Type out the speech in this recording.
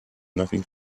nothing